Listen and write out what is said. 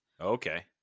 Okay